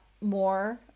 more